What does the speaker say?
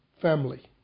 family